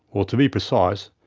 or to be precise,